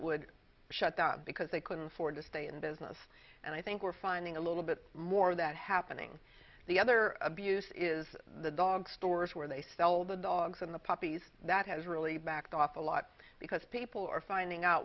would shut that because they couldn't afford to stay in business and i think we're finding a little bit more of that happening the other abuse is the dog stores where they sell the dogs and the puppies that has really backed off a lot because people are finding out